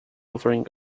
offering